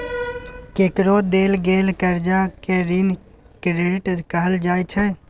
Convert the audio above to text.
केकरो देल गेल करजा केँ ऋण क्रेडिट कहल जाइ छै